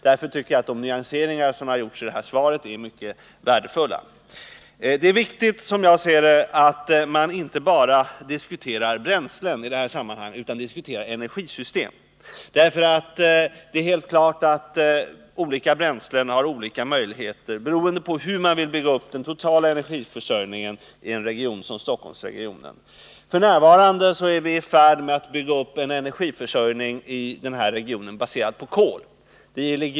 Därför tycker jag att de nyanseringar som har gjorts i svaret är mycket värdefulla. Det är, som jag ser det, viktigt att man i det här sammanhanget inte bara diskuterar bränslen utan hela energisystemet. Det är helt klart att olika bränslen har olika möjligheter beroende på hur man vill bygga upp den totala energiförsörjningen i en region som Stockholmsregionen. F. n. är vi i den här regionen i färd med att bygga upp en energiförsörjning baserad på kol.